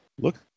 look